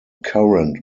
current